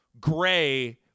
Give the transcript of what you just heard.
gray